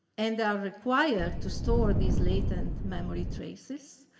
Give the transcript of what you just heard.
and are required to store these latent memory traces.